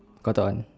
Cotton On